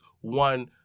one